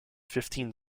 fifteen